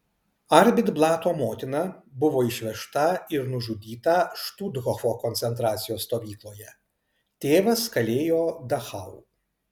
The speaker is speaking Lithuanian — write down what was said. arbit blato motina buvo išvežta ir nužudyta štuthofo koncentracijos stovykloje tėvas kalėjo dachau